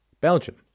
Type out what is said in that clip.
Belgium